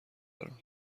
دارم